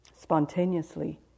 Spontaneously